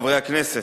חברי הכנסת,